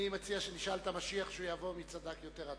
אני מציע שנשאל את המשיח שיבוא מי צדק יותר,